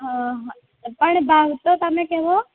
હં હ પણ ભાવ તો તમે કેહવો